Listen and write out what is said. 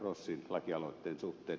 rossin lakialoitteen suhteen